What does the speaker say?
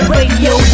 Radio